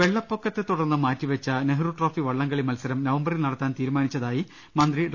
വെളളപ്പൊക്കത്തെ തുടർന്ന് മാറ്റിവെച്ച നെഹ്റുട്രോഫി വളളം കളി മത്സരം നവംബറിൽ നടത്താൻ തീരുമാനിച്ചതായി മന്ത്രി ഡോ